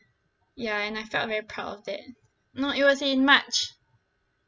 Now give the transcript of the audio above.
ya and I felt very proud of that no it was in march